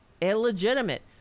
illegitimate